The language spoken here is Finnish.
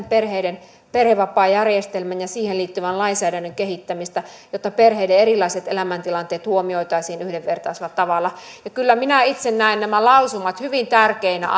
perheiden perhevapaajärjestelmän ja siihen liittyvän lainsäädännön kehittämistä jotta perheiden erilaiset elämäntilanteet huomioitaisiin yhdenvertaisella tavalla kyllä minä itse näen nämä lausumat hyvin tärkeinä